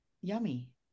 yummy